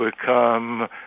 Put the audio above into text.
become